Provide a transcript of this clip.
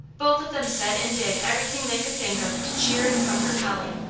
both of them said and did everything they could think of to cheer and comfort polly,